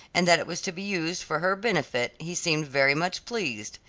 and that it was to be used for her benefit he seemed very much pleased.